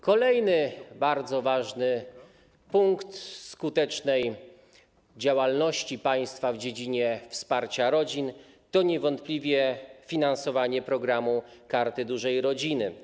Kolejny bardzo ważny punkt skutecznej działalności państwa w dziedzinie wsparcia rodzin to niewątpliwie finansowanie Karty Dużej Rodziny.